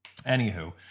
Anywho